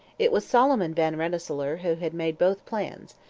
it was solomon van rensselaer who had made both plans,